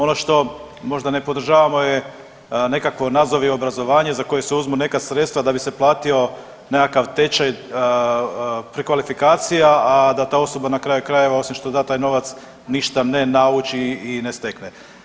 Ono što možda ne podržavamo je nekakvo nazovi obrazovanje za koje se uzmu neka sredstva da bi se platio nekakav tečaj prekvalifikacija, a da ta osoba na kraju krajeva osim što da taj novac ništa ne nauči i ne stekne.